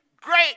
great